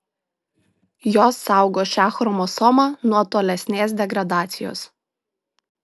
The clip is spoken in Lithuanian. jos saugo šią chromosomą nuo tolesnės degradacijos